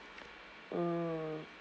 mm